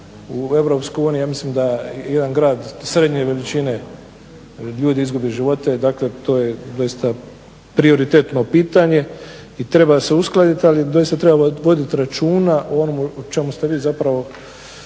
EU ja mislim da jedan grad srednje veličine ljudi izgubi živote. Dakle, to je doista prioritetno pitanje i treba se uskladiti ali doista treba voditi računa o onome o čemu ste vi zapravo